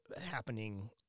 happening